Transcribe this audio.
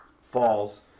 falls